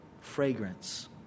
fragrance